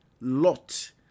lot